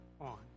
on